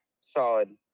solid